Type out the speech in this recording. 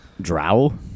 drow